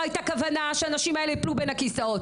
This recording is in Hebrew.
לא הייתה כוונה שהאנשים האלה יפלו בין הכיסאות.